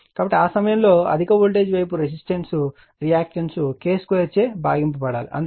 కాబట్టి ఆ సమయంలో అధిక వోల్టేజ్ వైపు రెసిస్టెన్స్ రియాక్టన్స్ K2 చే భాగించబడాలి అందుకే R1 K 2